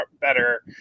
better